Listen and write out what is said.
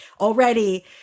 already